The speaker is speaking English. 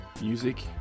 music